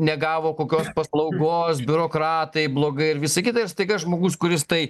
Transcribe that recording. negavo kokios paslaugos biurokratai blogai ir visa kita ir staiga žmogus kuris tai